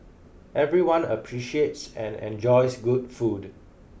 everyone appreciates and enjoys good food